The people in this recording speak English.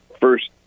first